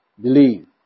Believe